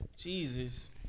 Jesus